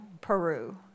Peru